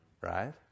right